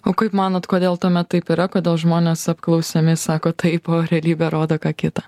o kaip manot kodėl tuomet taip yra kodėl žmonės apklausiami sako taip o realybė rodo ką kitą